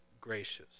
gracious